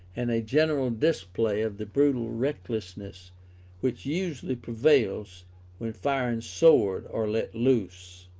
and a general display of the brutal recklessness which usually prevails when fire and sword are let loose.